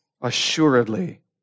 assuredly